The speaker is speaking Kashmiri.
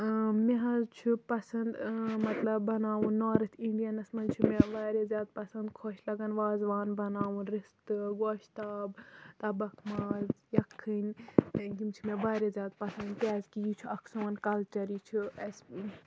مےٚ حظ چھُ پَسند مطلب بَناوُن نارٕتھ اِنڈیَنس چھُ مےٚ واریاہ زیادٕ پَسند خۄش لَگان وازوان بَناوُن رِستہٕ گۄشتاب تَبَخ ماز یِخنۍ یِم چھِ مےٚ واریاہ زیادٕ پَسند کیازِ کہِ یہِ چھُ اکھ سون کَلچر یہِ چھُ اَسہِ